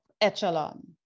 echelon